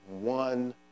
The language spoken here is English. one